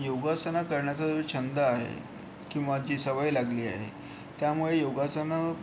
योगासनं करण्याचा जो छंद आहे किंवा जी सवय लागली आहे त्यामुळे योगासनं